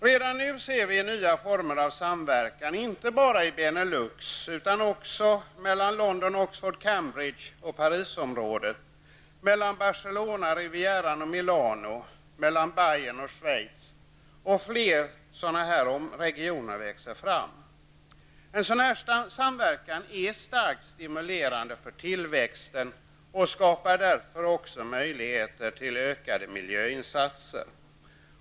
Redan nu ser vi nya former av samverkan, inte bara i Benelux utan också mellan London--Oxford-- Fler sådana regioner växer fram. En sådan samverkan är starkt stimulerande för tillväxten och skapar därför också möjligheter till ökade miljöinsatser.